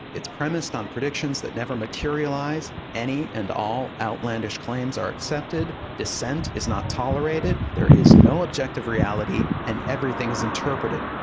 it's premised on predictions that never materialize. any and all outlandish claims are accepted. dissent is not tolerated. there is no objective reality. and everything is interpreted.